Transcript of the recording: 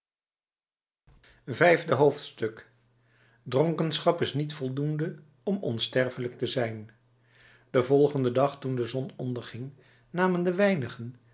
vijfde hoofdstuk dronkenschap is niet voldoende om onsterfelijk te zijn den volgenden dag toen de zon onderging namen de weinigen